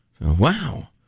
Wow